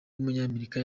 w’umunyamerika